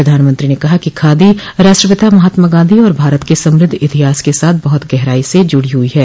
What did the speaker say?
प्रधानमंत्री ने कहा कि खादी राष्ट्रपिता महात्मा गांधी और भारत के समृद्ध इतिहास के साथ बहुत गहराई से ज़ुड़ी है